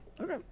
Okay